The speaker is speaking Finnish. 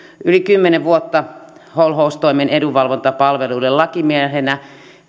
yli kymmenen vuotta holhoustoimen edunvalvontapalveluiden lakimiehenä